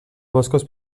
boscos